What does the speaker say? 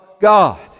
God